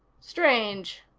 strange,